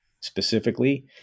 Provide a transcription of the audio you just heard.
specifically